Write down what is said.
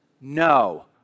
No